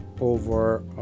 over